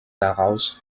daraus